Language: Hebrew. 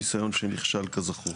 ניסיון שנכשל כזכור.